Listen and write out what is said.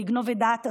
לגנוב את דעת הציבור.